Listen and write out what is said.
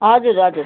हजुर हजुर